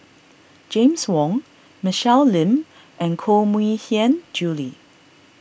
James Wong Michelle Lim and Koh Mui Hiang Julie